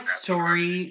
story